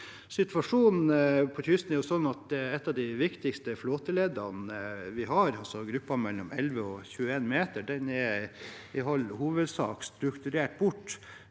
Situasjonen langs kysten er nå sånn at et av de viktigste flåteleddene vi har, altså gruppen mellom 11 og 21 meter, i all hovedsak er strukturert bort.